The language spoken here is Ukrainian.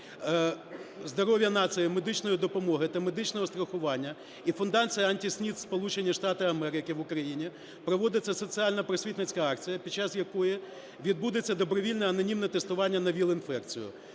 здоров'я нації, медичної допомоги та медичного страхування і Фундації АнтиСНІД - Сполучені Штати Америки в Україні проводиться соціальна просвітницька акція, під час якої відбудеться добровільне анонімне тестування на ВІЛ-інфекцію.